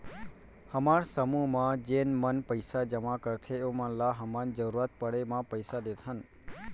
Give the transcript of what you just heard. हमर समूह म जेन मन पइसा जमा करथे ओमन ल हमन जरूरत पड़े म पइसा देथन